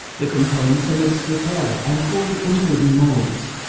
the components are mixed with water and poured into wooden molds.